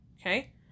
Okay